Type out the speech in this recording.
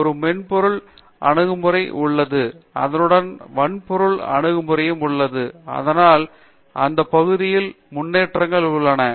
பேராசிரியர் தீபா வெங்கடேஷ் இப்போது ஒரு மென்பொருள் அணுகுமுறை உள்ளது அதனுடன் வன்பொருள் அணுகுமுறையும் உள்ளது அதனால் அந்த பகுதியில் முன்னேற்றங்கள் உள்ளன